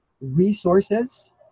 resources